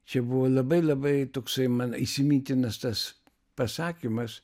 čia buvo labai labai toksai man įsimintinas tas pasakymas